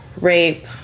rape